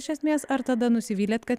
iš esmės ar tada nusivylėt kad